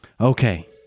Okay